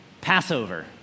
Passover